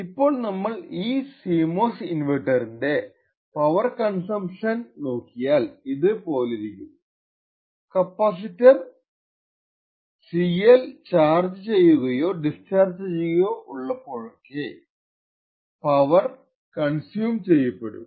ഇപ്പോൾ നമ്മൾ ഈ CMOS ഇൻവെർട്ടറിന്റെ പവർ കൺസംപ്ഷൻ നോക്കിയാൽ ഇത് പോലിരിക്കും കപ്പാസിറ്റർ CL ചാർജ് ചെയ്യുകയോ ഡിസ്ചാർജ് ചെയ്യുകയോ ഉള്ളപ്പോഴൊക്കെ പവർ കൺസ്യൂമ് ചെയ്യപ്പെടും